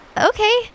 Okay